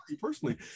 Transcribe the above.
personally